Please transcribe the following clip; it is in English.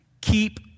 Keep